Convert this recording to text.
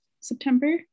September